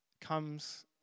comes